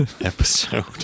episode